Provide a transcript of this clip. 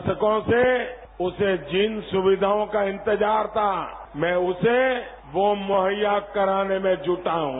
दशकों से उन्हें जिन सविधाओं का इंतजार था मैं उसे वो मुहैया कराने में जुटा हूं